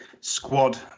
squad